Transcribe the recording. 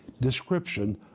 description